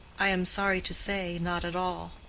i am sorry to say, not at all.